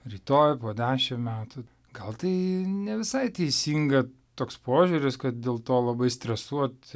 rytoj po dešim metų gal tai ne visai teisinga toks požiūris kad dėl to labai stresuot